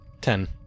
Ten